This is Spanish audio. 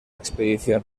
expedición